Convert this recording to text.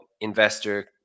investor